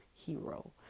Hero